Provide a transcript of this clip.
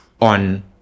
on